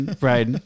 right